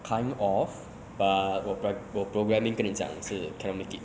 kind of but 我 pra~ 我 programming 跟你讲是 cannot make it